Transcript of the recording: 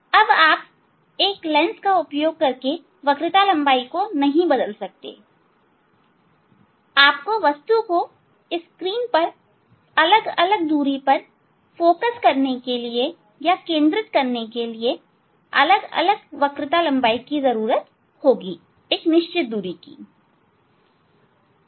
अब आप एक लेंस का उपयोग करके वक्रता लंबाई को नहीं बदल सकते आपको वस्तु को स्क्रीन पर अलग अलग दूरी पर केंद्रित करने के लिए अलग अलग फोकल लंबाई की आवश्यकता होगी एक निश्चित दूरी की